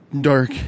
dark